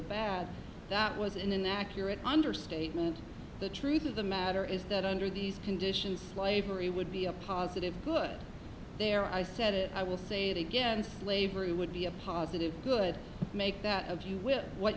bad that was an inaccurate understatement the truth of the matter is that under these conditions slavery would be a positive good there i said it i will say it again slavery would be a positive good make that of you will what